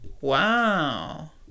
Wow